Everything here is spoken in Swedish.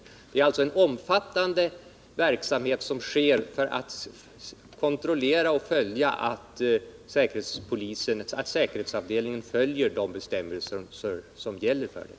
Det läggs alltså ner ett omfattande arbete på att kontrollera att säkerhetsavdelningen följer de bestämmelser som gäller för den.